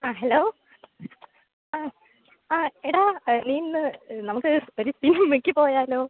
ആ ഹലോ ആ ആ എടാ ഇന്ന് നമുക്ക് ഒരു സിനിമക്ക് പോയാലോ